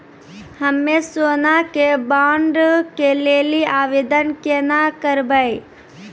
हम्मे सोना के बॉन्ड के लेली आवेदन केना करबै?